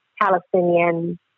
Palestinian